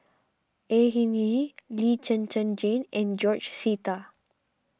Au Hing Yee Lee Zhen Zhen Jane and George Sita